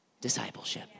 discipleship